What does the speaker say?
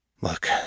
Look